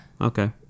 okay